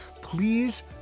Please